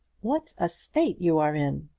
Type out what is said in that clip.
what a state you are in,